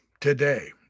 today